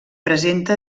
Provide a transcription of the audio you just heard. presenta